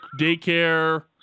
daycare